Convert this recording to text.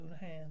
hands